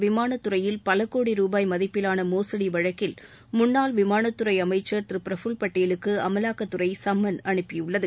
விமானத்துறையில் பலகோடி முரபாய் மதிப்பிலாள மோசடி வழக்கில் முன்னாள் விமானத்துறை அமைச்சர்திரு பிரபுல் பட்டேலுக்கு அமலாக்கத்துறை சம்மன் அனுப்பியுள்ளது